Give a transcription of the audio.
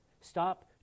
stop